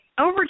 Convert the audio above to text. over